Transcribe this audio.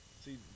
See